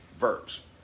verbs